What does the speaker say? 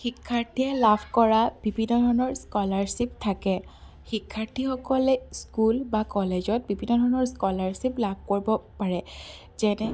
শিক্ষাৰ্থীয়ে লাভ কৰা বিভিন্ন ধৰণৰ স্ক'লাৰশ্বিপ থাকে শীক্ষাৰ্থীসকলে স্কুল বা কলেজত বিভিন্ন ধৰণৰ স্ক'লাৰশ্বিপ লাভ কৰিব পাৰে যেনে